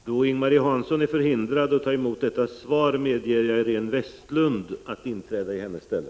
Då Ing-Marie Hansson är förhindrad att ta emot svaret medger jag Iréne Vestlund att inträda i hennes ställe.